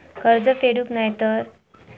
कर्ज फेडूक नाय तर?